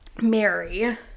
Mary